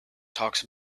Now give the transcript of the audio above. talks